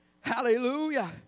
Hallelujah